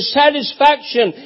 satisfaction